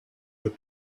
your